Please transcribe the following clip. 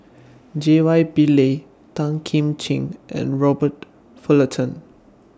J Y Pillay Tan Kim Ching and Robert Fullerton